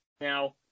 Now